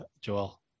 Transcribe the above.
Joel